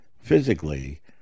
physically